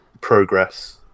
Progress